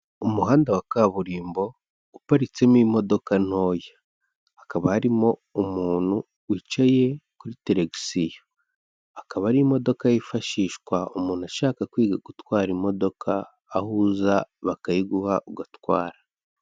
Umuhanda wa kaburimbo uparitsemo imodoka ntoya hakaba harimo umuntu wicaye kuri televiziyo akaba ari imodoka yifashishwa umuntu ashaka kwiga gutwara imodoka aho uza bakayiguha ugatwara.